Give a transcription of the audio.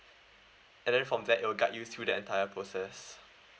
and then from that it will guide you through the entire process